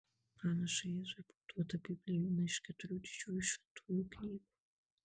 pranašui jėzui buvo duota biblija viena iš keturių didžiųjų šventųjų knygų